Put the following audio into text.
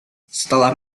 setelah